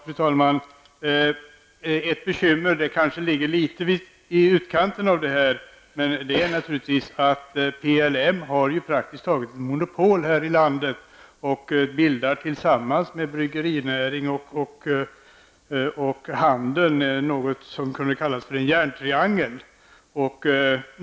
Fru talman! Ett bekymmer som kanske ligger litet i utkanten av denna fråga är att PLM praktiskt taget har monopol här i landet och tillsammans med bryggerinäring och handeln bildar något som kan kallas för en järntriangel.